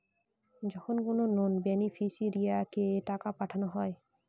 যখন কোনো নন বেনিফিশিয়ারিকে টাকা পাঠানো হয়